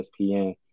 ESPN